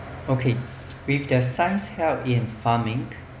okay with the science help in farming